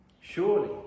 Surely